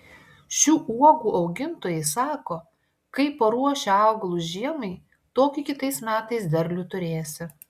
šių uogų augintojai sako kaip paruoši augalus žiemai tokį kitais metais derlių turėsi